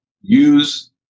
use